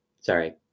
sorry